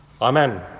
Amen